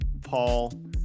Paul